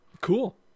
cool